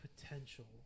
potential